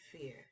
fear